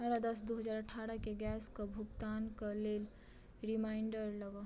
अठारह दस दू हजार अठारहके गैसकऽ भुगतानक लेल रिमाइण्डर लगाउ